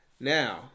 Now